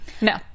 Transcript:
No